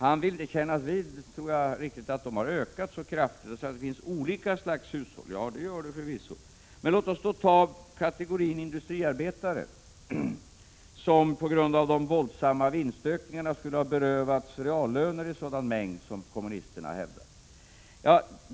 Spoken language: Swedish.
Han vill inte riktigt kännas vid att de har ökat så kraftigt. Han säger att det finns olika slags hushåll. Det gör det förvisso, men låt oss då ta kategorin industriarbetare, som på grund av de våldsamma vinstökningarna skulle ha berövats reallöner i stor mängd, enligt vad kommunisterna hävdar.